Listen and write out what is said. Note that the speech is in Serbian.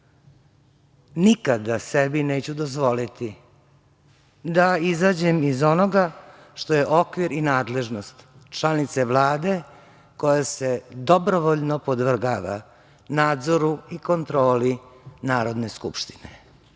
Nikada sebi neću dozvoliti da izađem iz onoga što je okvir i nadležnost članice Vlade koja se dobrovoljno podvrgava nadzoru i kontroli Narodne skupštine.